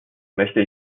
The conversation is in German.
möchte